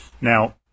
Now